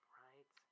right